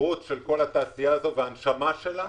תמרוץ כל התעשייה והנשמה שלה.